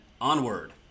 onward